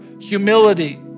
humility